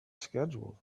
schedule